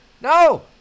No